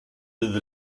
bydd